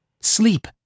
Sleep